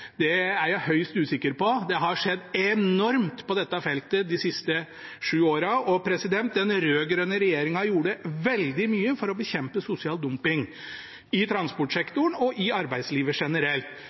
Det er jeg høyst usikker på. Det har skjedd enormt mye på dette feltet de siste sju årene. Den rød-grønne regjeringen gjorde veldig mye for å bekjempe sosial dumping – i